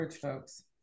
folks